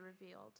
revealed